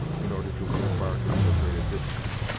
in order to re-embark at so great a distance.